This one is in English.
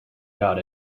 got